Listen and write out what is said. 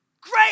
Great